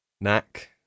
Knack